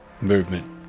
movement